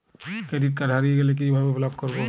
Credit card হারিয়ে গেলে কি ভাবে ব্লক করবো?